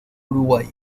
uruguay